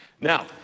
Now